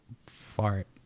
fart